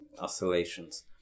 oscillations